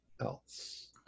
else